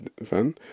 Van